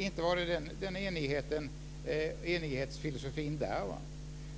Inte var det den enighetsfilosofin som gällde där,